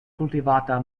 kultivata